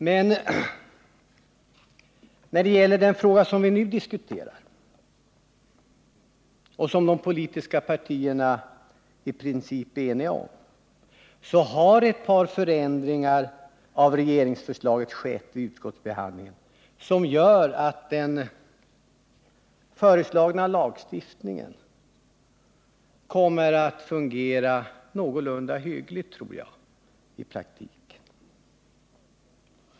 Men när det gäller den fråga som vi nu diskuterar och som de politiska partierna i princip är eniga om, har ett par förändringar av regeringsförslaget skett vid utskottsbehandlingen som gör att den föreslagna lagstiftningen kommer att fungera någorlunda hyggligt, tror jag, i praktiken.